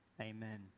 Amen